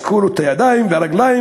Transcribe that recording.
אזקו לו את הידיים והרגליים.